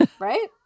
Right